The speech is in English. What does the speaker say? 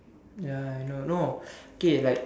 ya I know no okay like